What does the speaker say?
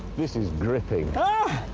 this is gripping. ah